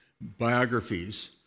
biographies